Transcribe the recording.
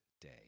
day